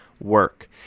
work